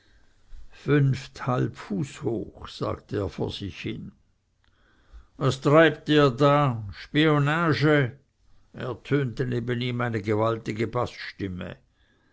fünfthalb fuß hoch sagte er vor sich hin was treibt ihr da spionage ertönte neben ihm eine gewaltige